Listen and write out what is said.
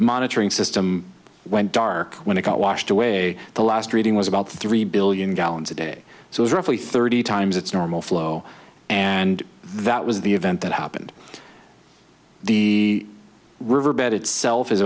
monitoring system went dark when it got washed away the last reading was about three billion gallons a day so it's roughly thirty times its normal flow and that was the event that happened the riverbed itself is